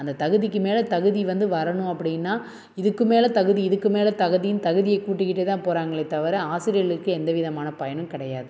அந்த தகுதிக்கும் மேல தகுதி வந்து வரணும் அப்படின்னா இதுக்கும் மேல் தகுதி இதுக்கும் மேல் தகுதினு தகுதியை கூட்டிக்கிட்டே தான் போகிறாங்களே தவிர ஆசிரியர்களுக்கு எந்த விதமான பயனும் கிடையாது